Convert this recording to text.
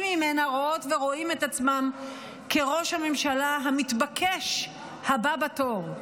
ממנה רואות ורואים את עצמם כראש הממשלה המתבקש הבא בתור,